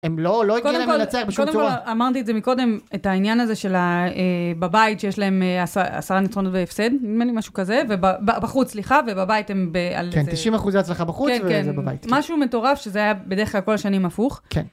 הם לא, לא הגיעים לנצח בשום תורה. קודם כל, קודם כל אמרתי את זה מקודם, את העניין הזה של בבית שיש להם עשרה ניצחונות והפסד, נדמה לי משהו כזה, ובחוץ, סליחה, ובבית הם ב... כן, 90 אחוזי הצלחה בחוץ, ואיזה בבית. משהו מטורף שזה היה בדרך כלל כל השנים הפוך. כן.